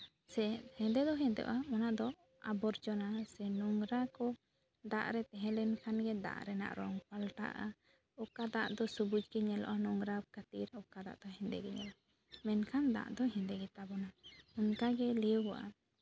ᱥᱮ ᱦᱮᱸᱫᱮ ᱫᱚ ᱦᱮᱸᱫᱮᱜᱼᱟ ᱚᱱᱟ ᱫᱚ ᱟᱵᱚᱨᱡᱚᱱᱟ ᱥᱮ ᱱᱳᱝᱨᱟ ᱠᱚ ᱫᱟᱜ ᱨᱮ ᱛᱟᱦᱮᱸ ᱞᱮᱱᱠᱷᱟᱱ ᱜᱮ ᱫᱟᱜ ᱨᱮᱱᱟᱜ ᱨᱚᱝ ᱯᱟᱞᱴᱟᱜᱼᱟ ᱚᱠᱟ ᱫᱟᱜ ᱫᱚ ᱥᱚᱵᱩᱡᱽ ᱜᱮ ᱧᱮᱞᱚᱜᱼᱟ ᱱᱳᱝᱨᱟ ᱠᱷᱟᱹᱛᱤᱨ ᱚᱠᱟ ᱫᱟᱜ ᱫᱚ ᱦᱮᱸᱫᱮ ᱜᱮ ᱧᱮᱞᱚᱜᱼᱟ ᱢᱮᱱᱠᱷᱟᱱ ᱫᱟᱜ ᱫᱚ ᱦᱮᱸᱫᱮ ᱜᱮᱛᱟ ᱵᱚᱱᱟ ᱚᱱᱠᱟᱜᱮ ᱞᱟᱹᱭᱟᱜᱚᱜᱼᱟ